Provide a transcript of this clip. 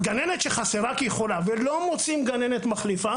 גננת שחסרה כי היא חולה ולא מוצאים גננת מחליפה